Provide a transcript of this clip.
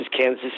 Kansas